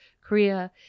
Korea